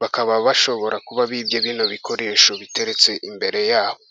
,bakaba bashobora kuba bibye bino bikoresho biteretse imbere yabo.